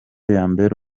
yambera